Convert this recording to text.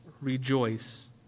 rejoice